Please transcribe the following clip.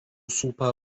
supa